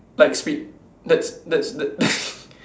like spit that's that's that